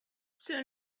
soon